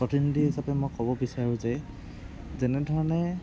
প্ৰতিনিধি হিচাপে মই ক'ব বিচাৰোঁ যে যেনেধৰণে